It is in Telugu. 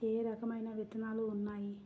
ఏ రకమైన విత్తనాలు ఉన్నాయి?